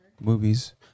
movies